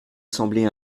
semblait